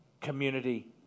community